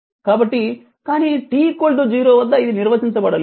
కాబట్టి కానీ t 0 వద్ద ఇది నిర్వచించబడలేదు